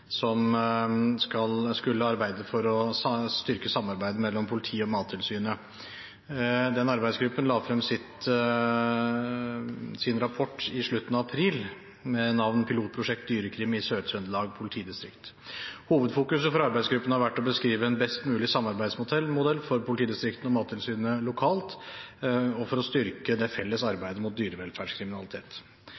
som skulle arbeide for å styrke samarbeidet mellom politiet og Mattilsynet. Den arbeidsgruppen la frem sin rapport i slutten av april, med navn Pilotprosjekt Dyrekrim i Sør-Trøndelag politidistrikt. Hovedfokuset for arbeidsgruppen har vært å beskrive en best mulig samarbeidsmodell for politidistriktene og Mattilsynet lokalt og å styrke det felles arbeidet mot dyrevelferdskriminalitet.